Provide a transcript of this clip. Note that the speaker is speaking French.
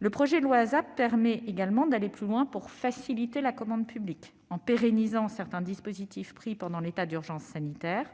Le projet de loi ASAP permet également d'aller plus loin pour faciliter la commande publique, en pérennisant certains dispositifs pris pendant l'état d'urgence sanitaire